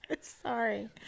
Sorry